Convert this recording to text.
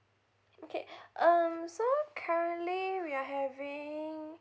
okay um so currently we are having